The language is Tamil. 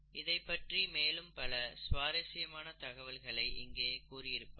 இதைப்பற்றி மேலும் பல சுவாரஸ்யமான தகவல்களை இங்கே கூறியிருப்பார்கள்